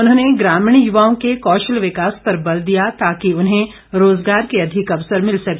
उन्होंने ग्रामीण युवाओं के कौशल विकास पर बल दिया ताकि उन्हें रोजगार के अधिक अवसर मिल सके